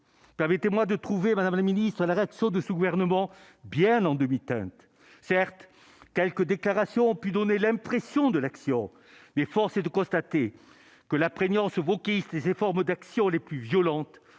permettez-moi de trouver Madame la Ministre, la nature de ce gouvernement, Bienne en demi-teinte, certes quelques déclarations ont pu donner l'impression de l'action, mais force est de constater que la prégnance et ces formes d'action les plus violentes